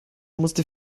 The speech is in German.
musste